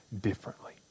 differently